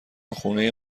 خونه